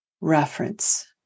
reference